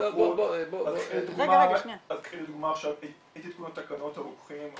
דוגמה של עדכון תקנות הרוקחים,